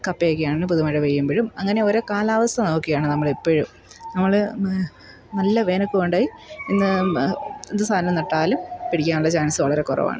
കപ്പയൊക്കെയാണെങ്കിലും പുതുമഴ പെയ്യുമ്പോഴും അങ്ങനെയോരോ കാലാവസ്ഥ നോക്കിയാണ് നമ്മളെപ്പോഴും നമ്മൾ നല്ല വേനൽക്ക് കൊണ്ടു പോയി ഇന്ന് എന്തു സാധനം നട്ടാലും പിടിക്കാനുള്ള ചാൻസ് വളരെ കുറവാണ്